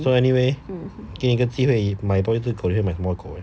so anyway 给你个机会买多一只狗你会买什么狗